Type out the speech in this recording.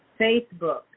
Facebook